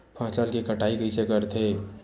फसल के कटाई कइसे करथे?